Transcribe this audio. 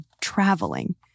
traveling